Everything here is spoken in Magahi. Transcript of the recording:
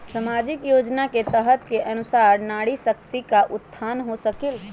सामाजिक योजना के तहत के अनुशार नारी शकति का उत्थान हो सकील?